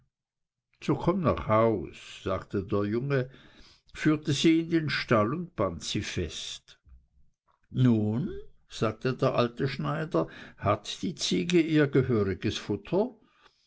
so komm nach haus sagte der junge führte sie in den stall und band sie fest nun sagte der alte schneider hat die ziege ihr gehöriges futter